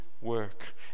work